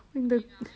the